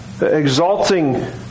exalting